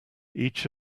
each